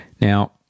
Now